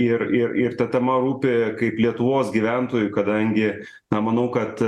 ir ir ir ta tema rūpi kaip lietuvos gyventojui kadangi na manau kad